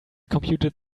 computed